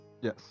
yes